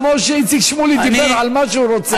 כמו שאיציק שמולי דיבר על מה שהוא רוצה.